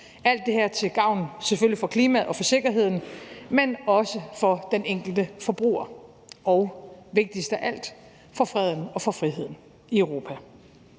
alt det her til gavn selvfølgelig for klimaet og for sikkerheden, men også for den enkelte forbruger og vigtigst af alt: for freden og for friheden i Europa.